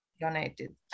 donated